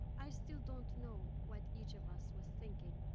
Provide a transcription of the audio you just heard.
i still don't know what each of us was thinking.